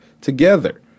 together